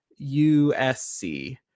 USC